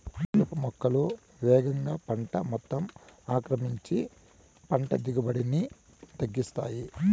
కలుపు మొక్కలు వేగంగా పంట మొత్తం ఆక్రమించి పంట దిగుబడిని తగ్గిస్తాయి